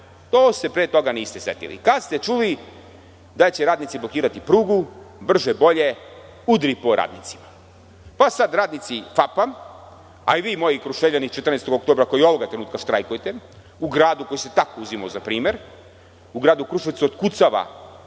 To se pre toga niste setili. Kad ste čuli da će radnici blokirati prugu, brže bolje udri po radnicima. Sada radnici „FAP“, a i vi moji Kruševljani „14 Oktobra“, koji ovog trenutka štrajkujete u gradu koji se tako uzimao za primer. U gradu Kruševcu otkucava,